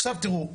עכשיו תראו,